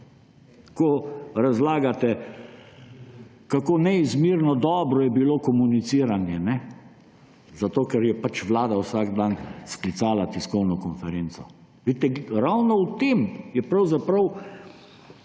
ko razlagate, kako neizmerno dobro je bilo komuniciranje, zato ker je vlada vsak dan sklicala tiskovno konferenco. Vidite, ravno v tem je pravzaprav